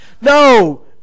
No